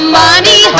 money